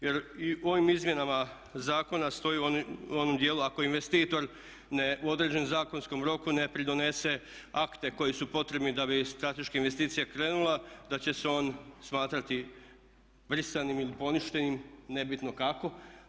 Jer i u ovim izmjenama zakona stoji u onom dijelu ako investitor u određenom zakonskom roku ne pridonese akte koji su potrebni da bi strateška investicija krenula da će se on smatrati brisanim ili poništenim nebitno kako.